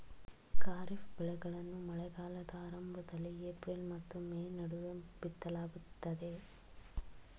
ಖಾರಿಫ್ ಬೆಳೆಗಳನ್ನು ಮಳೆಗಾಲದ ಆರಂಭದಲ್ಲಿ ಏಪ್ರಿಲ್ ಮತ್ತು ಮೇ ನಡುವೆ ಬಿತ್ತಲಾಗುತ್ತದೆ